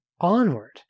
onward